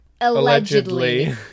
Allegedly